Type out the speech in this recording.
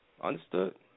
Understood